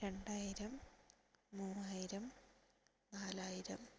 രണ്ടായിരം മൂവായിരം നാലായിരം